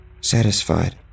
Satisfied